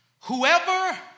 whoever